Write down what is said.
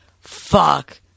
fuck